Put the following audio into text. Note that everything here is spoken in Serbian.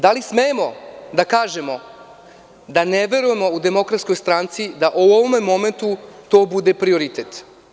Da li smemo da kažemo da ne verujemo u Demokratskoj stranci da u ovome momentu to bude prioritet?